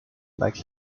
like